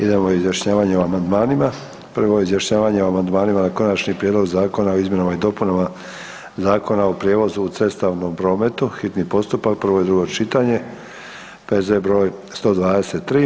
Idemo na izjašnjavanje o amandmanima, prvo izjašnjavanje o amandmanima na Konačni prijedlog zakona o izmjenama i dopunama Zakona o prijevozu u cestovnom prometu, hitni postupak, prvo i drugo čitanje, P.Z. br. 123.